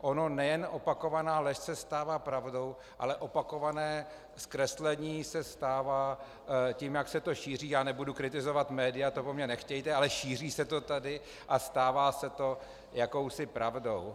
Ona nejen opakovaná lež se stává pravdou, ale opakované zkreslení se stává tím, jak se to šíří já nebudu kritizovat média, to po mně nechtějte ale šíří se to tady a stává se to jakousi pravdou.